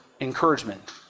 encouragement